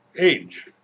age